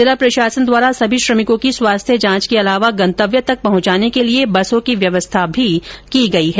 जिला प्रशासन द्वारा सभी श्रमिकों की स्वास्थ्य जांच के अलावा गंतव्य तक पहुंचाने के लिए बसों की व्यवस्था भी की गई है